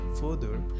further